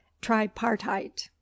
tripartite